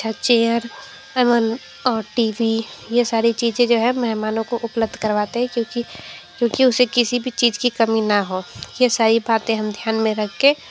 अच्छा चेयर एवम और टी वी यह सारी चीज़ें जो है मेहमानों को उपलब्ध करवाते है क्योंकि क्योंकि उसे किसी भी चीज़ की कमी न हो यह सारी बातें हम ध्यान में रख कर